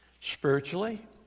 spiritually